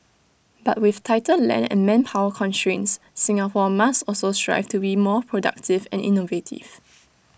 but with tighter land and manpower constraints Singapore must also strive to be more productive and innovative